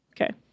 Okay